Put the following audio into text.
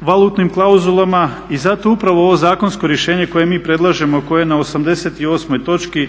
valutnim klauzulama. I zato upravo ovo zakonsko rješenje koje mi predlažemo, a koje je na 88.točki